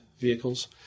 vehicles